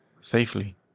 safely